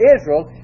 Israel